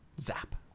Zap